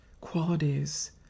qualities